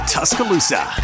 Tuscaloosa